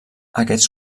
aquests